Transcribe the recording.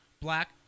black